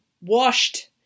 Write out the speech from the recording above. washed